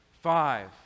five